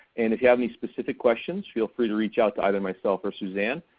and if you have any specific questions, feel free to reach out to either myself or suzanne.